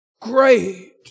Great